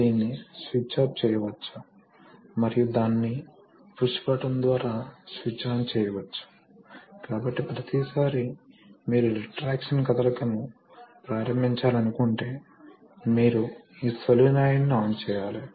కాబట్టి మీరు ఊహించవచ్చు మోటారు యొక్క అంచున ఇటువంటి పిస్టన్లు చాలా ఉన్నాయి కాబట్టి మీరు ఒక క్రాస్ సెక్షన్ తీసుకుంటే మీరు ఈ రేఖాచిత్రాన్ని చూడవచ్చు